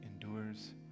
endures